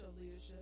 leadership